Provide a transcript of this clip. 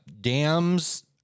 Dams